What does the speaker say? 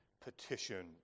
petition